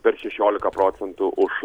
dar šešiolika procentų už